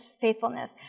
faithfulness